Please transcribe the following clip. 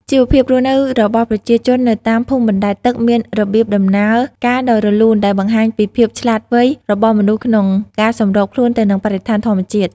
ជីវភាពរស់នៅរបស់ប្រជាជននៅតាមភូមិបណ្ដែតទឹកមានរបៀបដំណើរការដ៏រលូនដែលបង្ហាញពីភាពឆ្លាតវៃរបស់មនុស្សក្នុងការសម្របខ្លួនទៅនឹងបរិស្ថានធម្មជាតិ។